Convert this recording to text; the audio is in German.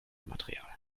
material